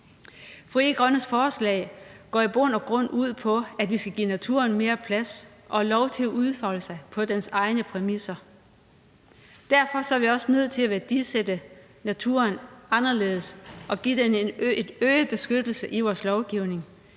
Frie Grønnes forslag går i bund og grund ud på, at vi skal give naturen mere plads og lov til at udfolde sig på dens egne præmisser. Derfor er vi også nødt til at værdisætte naturen anderledes og give den en øget beskyttelse i vores lovgivning.